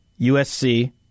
USC